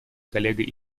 коллегой